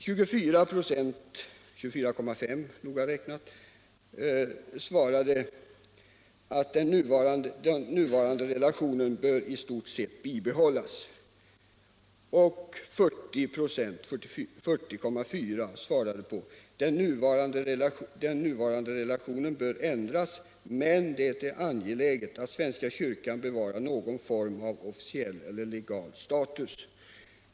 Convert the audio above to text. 24,5 26 svarade att den nuvarande relationen i stort sett bör bibehållas, och 40,4 96 svarade att den nuvarande relationen bör ändras, men att det är angeläget att den svenska kyrkan bevarar någon form av officiell eller legal status.